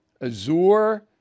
Azure